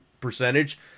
percentage